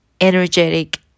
energetic